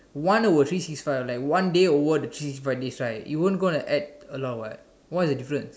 one over three six five like one day over the three six five days right it won't going to add a lot what's the difference